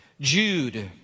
Jude